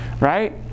Right